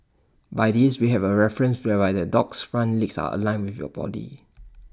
by this we have A reference whereby the dog's front legs are aligned with your body